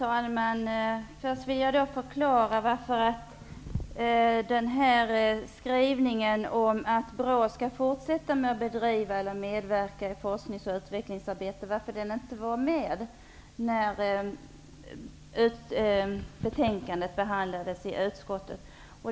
Herr talman! Först vill jag förklara varför den här skrivningen om att BRÅ skall fortsätta att medverka i forsknings och utvecklingsarbete inte var med när betänkandet behandlades i utskottet.